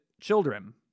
children